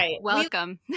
welcome